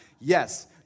Yes